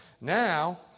Now